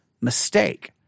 mistake